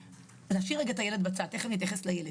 נשאיר רגע את הילד בצד, תיכף נתייחס לילד.